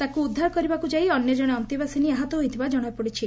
ତାଙ୍କୁ ଉଦ୍ଧାର କରିବାକୁ ଯାଇ ଅନ୍ୟ ଜଣେ ଅନ୍ତବାସିନୀ ଆହତ ହୋଇଥିବା ଜଣାପଡ଼ିଛି